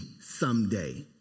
someday